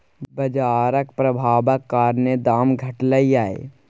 बजारक प्रभाबक कारणेँ दाम घटलै यै